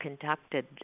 conducted